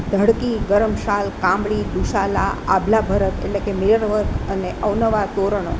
ધડકી ગરમ શાલ કામળી ધુંસાલા આભલા ભરત એટલે કે મેર વર્ક અને અવનવા તોરણો